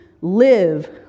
live